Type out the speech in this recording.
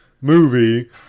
movie